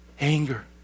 anger